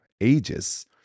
ages